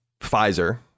Pfizer